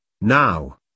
Now